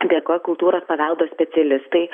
dėka kultūros paveldo specialistai